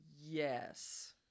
Yes